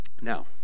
Now